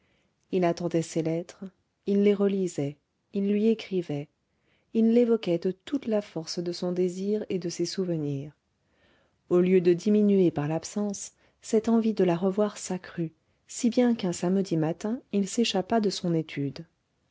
il attendait ses lettres il les relisait il lui écrivait il l'évoquait de toute la force de son désir et de ses souvenirs au lieu de diminuer par l'absence cette envie de la revoir s'accrut si bien qu'un samedi matin il s'échappa de son étude